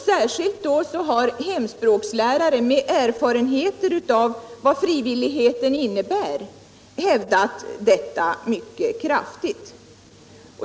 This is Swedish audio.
Särskilt hemspråkslärare med erfarenhet av vad frivilligheten innebär har hävdat detta mycket kraftigt.